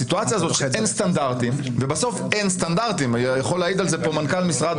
בשגרה יש לרבנות